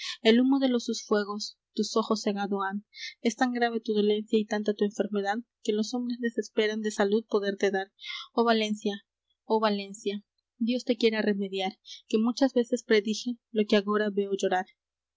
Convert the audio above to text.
el humo de los sus fuegos tus ojos cegado han es tan grave tu dolencia y tanta tu enfermedad que los hombres desesperan de salud poderte dar oh valencia oh valencia dios te quiera remediar que muchas veces predije lo que agora veo llorar